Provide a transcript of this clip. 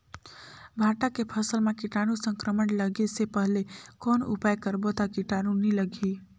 भांटा के फसल मां कीटाणु संक्रमण लगे से पहले कौन उपाय करबो ता कीटाणु नी लगही?